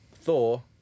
Thor